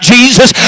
Jesus